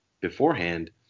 beforehand